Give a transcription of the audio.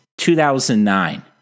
2009